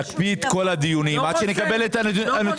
להקפיא את כל הדיונים עד שנקבל את הנתונים.